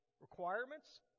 requirements